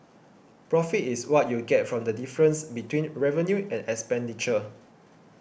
profit is what you get from the difference between revenue and expenditure